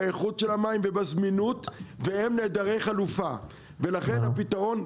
באיכות של המים ובזמינות והם נעדרי חלופה ולכן הפתרון,